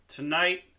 Tonight